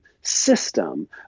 system